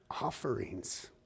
offerings